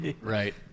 right